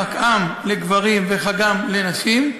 למקא"ם לגברים וחג"ם לנשים,